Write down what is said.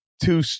two